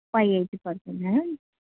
five eighty పడుతుందా